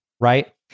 right